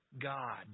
God